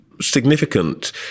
significant